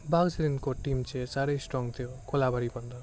बाघाजोतिनको team चाहिँ साह्रै strong थियो कोलाबारीभन्दा